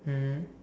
mm